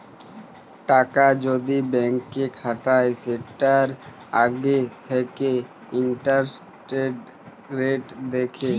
টাকা যদি ব্যাংকে খাটায় সেটার আগে থাকে ইন্টারেস্ট রেট দেখে